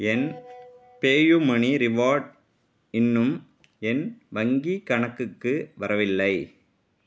என் PayU money reward இன்னும் என் வங்கிக் கணக்குக்கு வரவில்லை